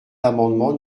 l’amendement